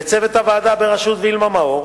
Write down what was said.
לצוות הוועדה בראשות וילמה מאור,